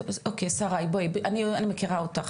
שריי בואי אני מכירה אותך,